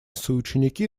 соученики